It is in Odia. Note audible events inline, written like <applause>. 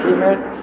<unintelligible>